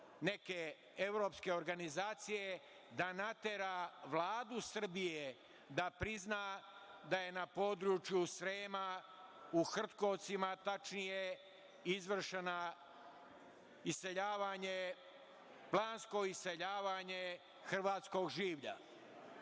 neke evropske organizacije da natera Vladu Srbije da prizna da je na području Srema u Hrtkovcima tačnije, izvršeno iseljavanje, plansko iseljavanje hrvatskog življa? Svi